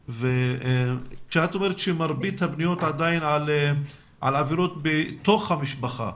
כשאת אומרת שמרבית הפניות הן עדיין על עבירות בתוך המשפחה.